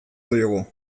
diogu